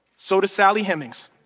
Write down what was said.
so does sally hemings,